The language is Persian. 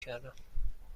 کردم